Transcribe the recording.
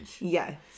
Yes